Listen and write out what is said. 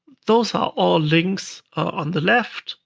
those are all links on the left.